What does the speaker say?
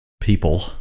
people